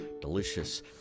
Delicious